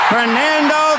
Fernando